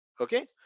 okay